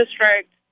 District